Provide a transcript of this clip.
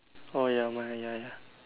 oh ya my ya ya